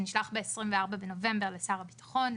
שנשלח ב-24 בנובמבר לשר הביטחון,